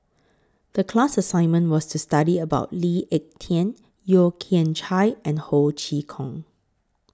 The class assignment was to study about Lee Ek Tieng Yeo Kian Chye and Ho Chee Kong